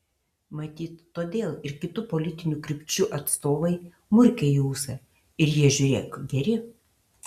matyt todėl ir kitų politinių krypčių atstovai murkia į ūsą ir jie žiūrėk geri